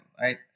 right